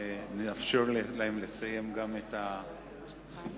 נאפשר להם לסיים גם את החיבוקים.